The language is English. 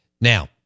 Now